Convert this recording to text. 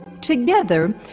Together